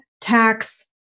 tax